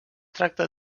tracta